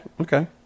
okay